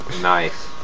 Nice